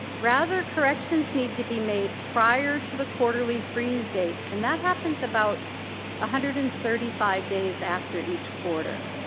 rather corrections need to be made prior to the quarterly freeze date. and that happens about one ah hundred and thirty five days after each quarter.